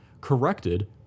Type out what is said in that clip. corrected